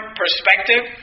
perspective